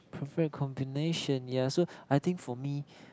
perfect combination yeah so I think for me